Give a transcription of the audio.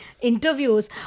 interviews